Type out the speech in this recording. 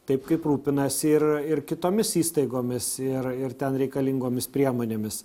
taip kaip rūpinasi ir ir kitomis įstaigomis ir ir ten reikalingomis priemonėmis